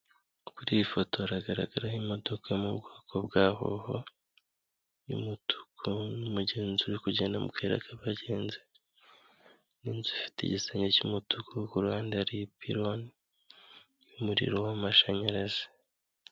Kuri iyi foto hagaragaraho imodoka yo mu bwoko bwa hoho y'umutuku n'umugenzi uri kugenda mu kayira k'abagenzi, inzu ifite igisenge cy'umutuku, ku ruhande hari ipironi y'umuriro w'amashanyarazi.